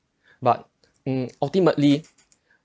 but um ultimately